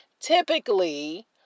typically